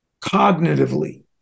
cognitively